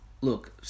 look